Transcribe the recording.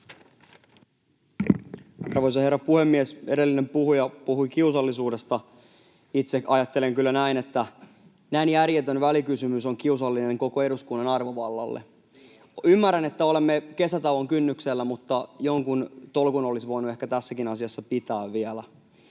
Arvoisa herra puhemies! Edellinen puhuja puhui kiusallisuudesta. Itse ajattelen kyllä näin, että näin järjetön välikysymys on kiusallinen koko eduskunnan arvovallalle. Ymmärrän, että olemme kesätauon kynnyksellä, mutta jonkun tolkun olisi voinut ehkä tässäkin asiassa pitää vielä.